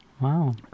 Wow